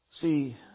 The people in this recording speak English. See